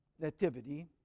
Nativity